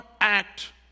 act